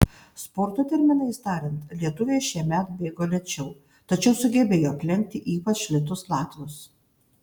sporto terminais tariant lietuviai šiemet bėgo lėčiau tačiau sugebėjo aplenkti ypač lėtus latvius